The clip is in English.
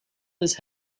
this